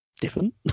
different